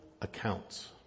accounts